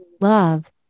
love